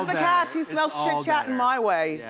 cats. he smells chitchat and my way.